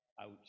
out